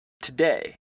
today